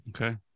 Okay